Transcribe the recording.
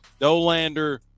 Dolander